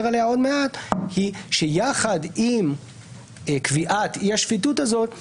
עליה היא שיחד עם קביעת אי השפיטות הזאת,